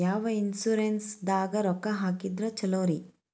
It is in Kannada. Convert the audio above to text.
ಯಾವ ಇನ್ಶೂರೆನ್ಸ್ ದಾಗ ರೊಕ್ಕ ಹಾಕಿದ್ರ ಛಲೋರಿ?